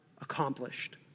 accomplished